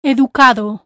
Educado